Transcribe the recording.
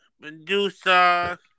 Medusa